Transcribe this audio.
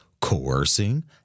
coercing